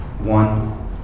one